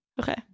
Okay